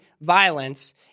violence